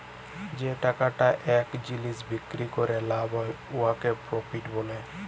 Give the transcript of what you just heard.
যে টাকাটা একটা জিলিস বিক্রি ক্যরে লাভ হ্যয় তাকে প্রফিট ব্যলে